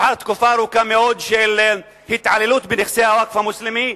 לאחר תקופה ארוכה מאוד של התעללות בנכסי הווקף המוסלמי,